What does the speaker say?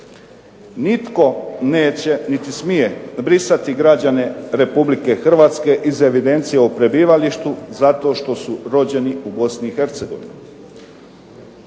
Nitko neće niti smije brisati građane Republike Hrvatske iz evidencije o prebivalištu zato što su rođeni u Bosni